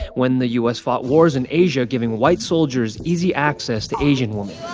when the u s. fought wars in asia, giving white soldiers easy access to asian women